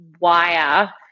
wire